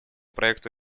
проекту